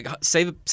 Save